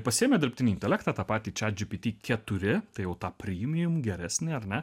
pasiėmė dirbtinį intelektą tą patį chat gpt keturi tai jau tą premium geresnį ar ne